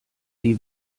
die